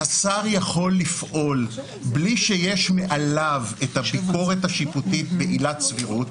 שהשר יכול לפעול בלי שיש מעליו ביקורת שיפוטית בעילת הסבירות,